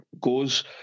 goes